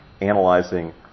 analyzing